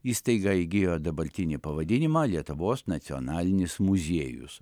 įstaiga įgijo dabartinį pavadinimą lietuvos nacionalinis muziejus